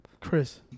Chris